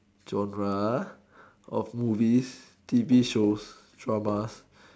genre of movies T_V shows drama